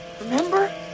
remember